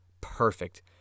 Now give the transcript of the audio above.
perfect